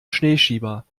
schneeschieber